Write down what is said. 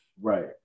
Right